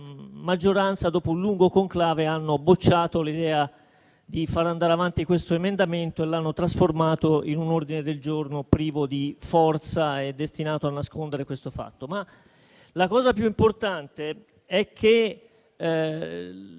maggioranza, dopo un lungo conclave, hanno bocciato l'idea di far andare avanti questo emendamento e l'hanno trasformato in un ordine del giorno privo di forza e destinato a nascondere questo fatto.